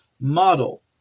model